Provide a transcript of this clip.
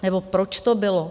Nebo proč to bylo?